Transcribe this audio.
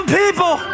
people